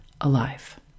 alive